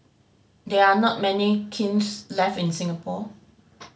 there are not many kilns left in Singapore